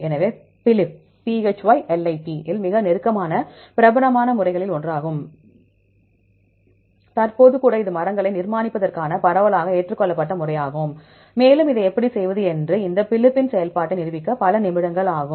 எனவே PHYLIP இல் மிகவும் பிரபலமான முறைகளில் ஒன்றாகும் தற்போது கூட இது மரங்களை நிர்மாணிப்பதற்கான பரவலாக ஏற்றுக்கொள்ளப்பட்ட முறையாகும் மேலும் இதை எப்படி செய்வது என்று இந்த PHYLIP இன் செயல்பாட்டை நிரூபிக்க சில நிமிடங்கள் ஆகும்